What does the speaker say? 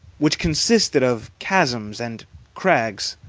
which consisted of chasms and crags.